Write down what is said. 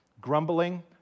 grumbling